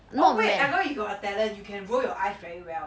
oh wait I remember you got talent you can roll your eyes very well